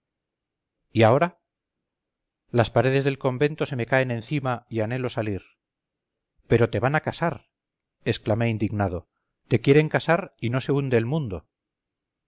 y ahora las paredes del convento se me caen encima y anhelo salir pero te van a casar exclamé indignado te quieren casar y no se hunde el mundo